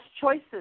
choices